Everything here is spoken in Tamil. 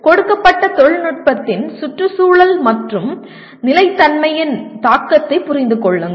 கொடுக்கப்பட்ட தொழில்நுட்பத்தின் சுற்றுச்சூழல் மற்றும் நிலைத்தன்மையின் தாக்கத்தை புரிந்து கொள்ளுங்கள்